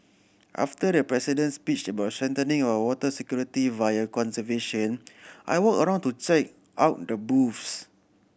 after the President's speech about strengthening our water security via conservation I walked around to check out the booth